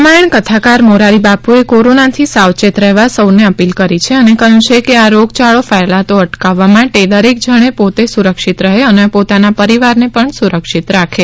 રામાયણ કથાકાર મોરારી બાપુએ કોરોનાથી સાવચેત રહેવા સૌને અપીલ કરી છે અને કહ્યું છે કે આ રોગયાળો ફેલાતો અટકાવવા માટે દરેક જાણ પોતે સુરક્ષિત રહે અને પોતાના પરિવારને પણ સુરક્ષિત રાખે